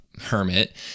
hermit